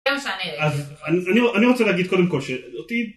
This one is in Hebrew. אני רוצה להגיד קודם כל שאותי